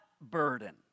burden